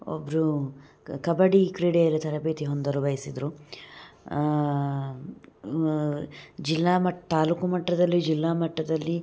ಒಬ್ಬರು ಕಬಡ್ಡಿ ಕ್ರೀಡೆಯಲ್ಲಿ ತರಬೇತಿ ಹೊಂದಲು ಬಯಸಿದರು ಜಿಲ್ಲಾ ಮಟ್ಟ ತಾಲೂಕು ಮಟ್ಟದಲ್ಲಿ ಜಿಲ್ಲಾ ಮಟ್ಟದಲ್ಲಿ